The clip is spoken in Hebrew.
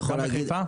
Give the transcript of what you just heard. גם בחיפה.